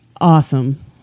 awesome